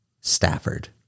stafford